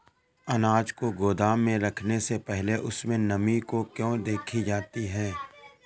अनाज को गोदाम में रखने से पहले उसमें नमी को क्यो देखी जाती है?